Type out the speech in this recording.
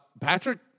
Patrick